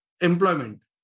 employment